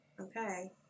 Okay